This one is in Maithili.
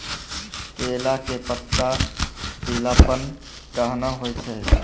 केला के पत्ता पीलापन कहना हो छै?